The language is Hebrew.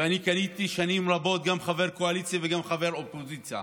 ואני כיהנתי שנים רבות גם כחבר קואליציה וגם כחבר אופוזיציה,